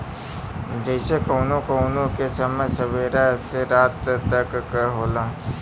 जइसे कउनो कउनो के समय सबेरा से रात तक क होला